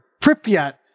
Pripyat